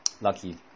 lucky